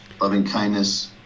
loving-kindness